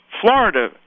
Florida